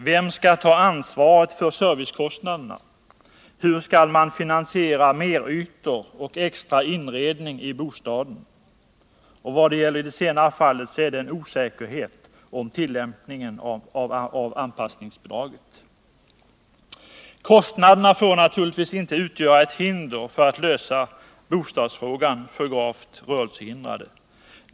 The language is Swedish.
Vem skall ta ansvaret för servicekostnaderna, hur skall man finansiera merytor och extra inredning i bostaden? I det senare fallet råder osäkerhet om tillämpningen av anpassningsbidraget. Kostnaderna får naturligtvis inte utgöra ett hinder när det gäller att lösa bostadsfrågan för gravt rörelsehindrade.